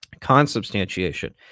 Consubstantiation